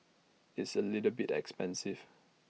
it's A little bit expensive